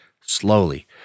slowly